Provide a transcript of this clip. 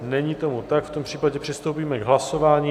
Není tomu tak, v tom případě přistoupíme k hlasování.